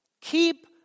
Keep